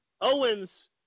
Owens